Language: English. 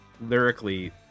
lyrically